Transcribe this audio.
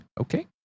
Okay